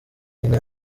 nyina